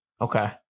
Okay